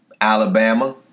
Alabama